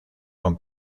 con